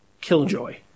killjoy